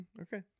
Okay